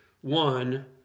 one